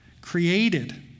created